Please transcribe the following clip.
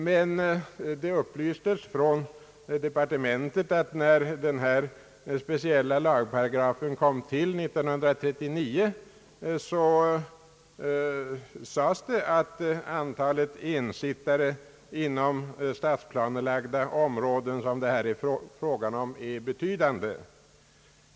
Men det upplystes från departementet att när denna speciella lagparagraf kom till 1939 sades det att antalet ensittare inom stadsplanelagda områden — som det här är fråga om — är betydande.